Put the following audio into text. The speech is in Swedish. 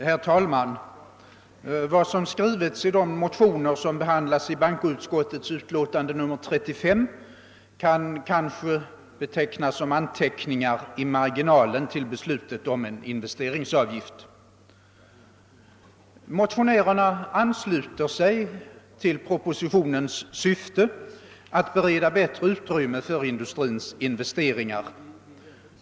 Herr talman! Vad som har skrivits i de motioner som behandlas i bankoutskottets utlåtande nr 35 kan kanske betecknas som anteckningar i marginalen till beslutet om en investeringsavgift. Motionärerna ansluter sig till propositionens syfte att bereda bättre utrymme för industrins investeringar.